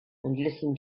listen